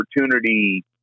opportunity